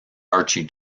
archie